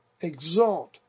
exalt